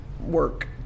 work